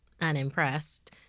unimpressed